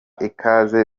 ikaze